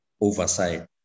oversight